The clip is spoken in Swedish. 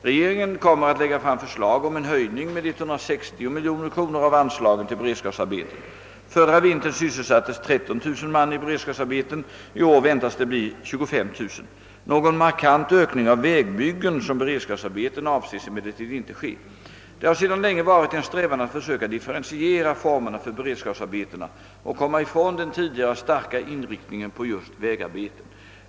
Regeringen kommer att lägga fram förslag om en höjning med 160 miljoner kronor av anslagen till beredskapsarbeten. Förra vintern sysselsattes 13 000 man i beredskapsarbeten, i år väntas det bli 25 000. Någon markant ökning av vägbyggen som beredskapsarbeten avses emellertid inte ske. Det har sedan länge varit en strävan att försöka differentiera formerna för beredskapsarbetena och komma ifrån den tidigare starka inriktningen på just vägarbeten.